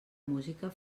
música